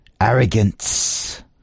Arrogance